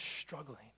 struggling